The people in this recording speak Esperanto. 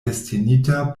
destinita